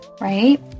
right